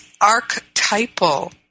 archetypal